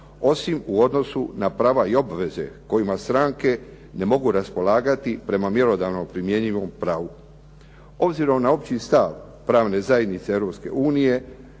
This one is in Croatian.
osim u odnosu na prava i obveze kojima stranke ne mogu raspolagati prema mjerodavno primjenjivom pravu. Obzirom na opći stav pravne zajednice